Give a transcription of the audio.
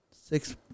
Six